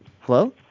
Hello